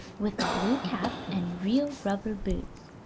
with a blue cap and real rubber boots.